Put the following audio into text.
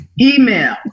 Email